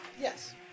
Yes